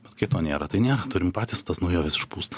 bet kai to nėra tai nėra turim patys tas naujoves išpūst